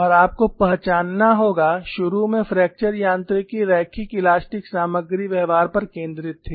और आपको पहचानना होगा शुरू में फ्रैक्चर यांत्रिकी रैखिक इलास्टिक सामग्री व्यवहार पर केंद्रित थी